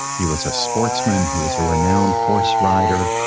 he was a sportsman, he was a renowned horse rider,